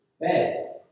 bed